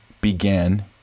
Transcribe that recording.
began